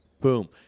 Boom